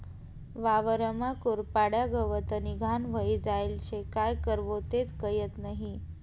वावरमा कुरपाड्या, गवतनी घाण व्हयी जायेल शे, काय करवो तेच कयत नही?